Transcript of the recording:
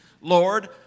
Lord